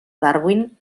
darwin